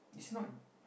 it's not